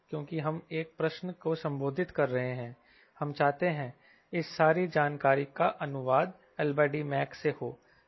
क्योंकि हम एक प्रश्न को संबोधित कर रहे हैं हम चाहते हैं इस सारी जानकारी का अनुवाद LDmax से हो